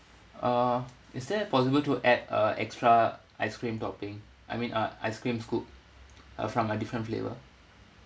uh is that possible to add a extra ice cream topping I mean uh ice cream scoop uh from a different flavour